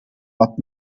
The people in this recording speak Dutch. wat